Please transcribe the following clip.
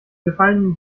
gefallenen